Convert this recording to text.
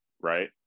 right